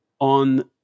on